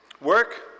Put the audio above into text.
Work